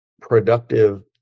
productive